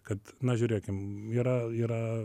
kad na žiūrėkim yra yra